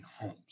homes